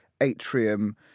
atrium